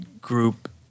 group